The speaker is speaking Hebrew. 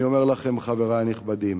אני אומר לכם, חברי הנכבדים,